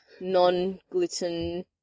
non-gluten